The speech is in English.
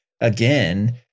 again